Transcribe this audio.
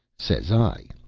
says i,